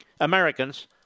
Americans